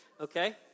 Okay